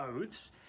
oaths